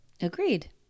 Agreed